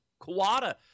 Kawada